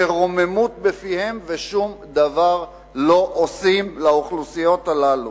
שרוממות בפיהם ושום דבר לא עושים לאוכלוסיות הללו.